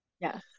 Yes